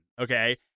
Okay